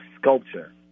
sculpture